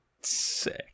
Sick